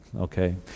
okay